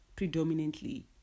predominantly